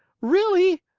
really?